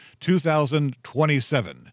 2027